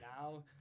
now